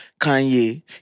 Kanye